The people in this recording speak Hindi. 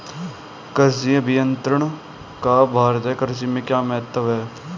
कृषि अभियंत्रण का भारतीय कृषि में क्या महत्व है?